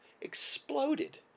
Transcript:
exploded